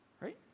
right